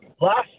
last